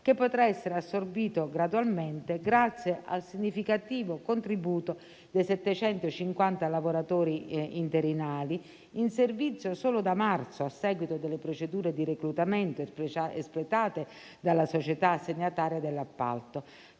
che potrà essere assorbito gradualmente grazie al significativo contributo dei 750 lavoratori interinali, in servizio solo da marzo, a seguito delle procedure di reclutamento espletate dalla società assegnataria dell'appalto.